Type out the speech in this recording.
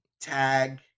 tag